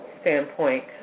standpoint